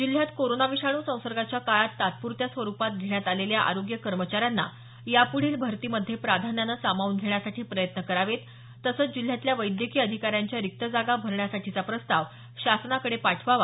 जिल्ह्यात कोरोना विषाणू संसर्गाच्या काळात तात्प्रत्या स्वरुपात घेण्यात आलेल्या आरोग्य कर्मचाऱ्यांना याप्ढील भरतीमध्ये प्राधान्याने सामावून घेण्यासाठी प्रयत्न करावेत तसंच जिल्ह्यातल्या वैद्यकीय अधिकाऱ्यांच्या रिक्त जागा भरण्यासाठीचा प्रस्ताव शासनाकडे पाठवावा